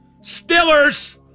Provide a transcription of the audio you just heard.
Stiller's